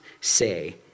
say